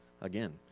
Again